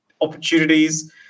opportunities